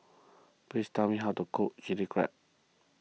please tell me how to cook Chilli Crab